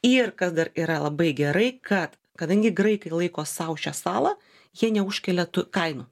ir kas dar yra labai gerai kad kadangi graikai laiko sau šią salą jie neužkelia tų kainų